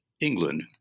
England